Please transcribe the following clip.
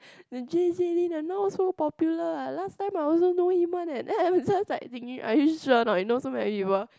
then J J Lin now so popular ah last time I also know him one eh then everyone's like thinking are you sure or not you know so many people